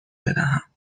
بدهم